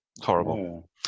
Horrible